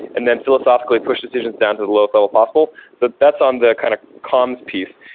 and then philosophically push decisions down to the lowest level possible. so that's on the kind of coms piece.